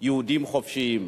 כיהודים חופשיים.